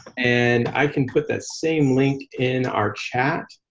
and i can put that same link in our chat.